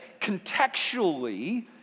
contextually